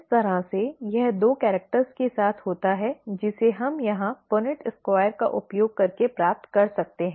इस तरह से यह दो कैरेक्टर्स के साथ होता है जिसे हम यहां पुनेट स्क्वायर'Punnett Square' का उपयोग करके प्राप्त कर सकते हैं